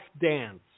dance